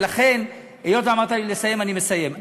ולכן, היות שאמרת לי לסיים, אני מסיים.